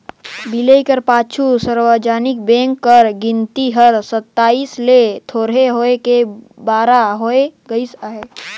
बिलाए कर पाछू सार्वजनिक बेंक कर गिनती हर सताइस ले थोरहें होय के बारा होय गइस अहे